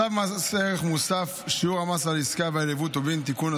צו מס ערך מוסף (שיעור המס על עסקה ועל יבוא טובין) (תיקון),